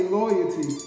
loyalty